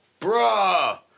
bruh